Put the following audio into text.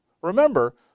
Remember